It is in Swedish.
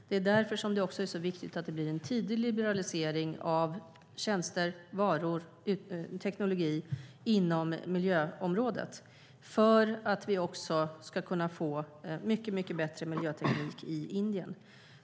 Det är också viktigt att det blir en tidig liberalisering av tjänster, varor och teknologi inom miljöområdet så att vi kan få mycket bättre miljöteknik i Indien.